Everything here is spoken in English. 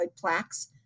plaques